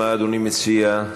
מה אדוני מציע?